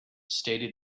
stated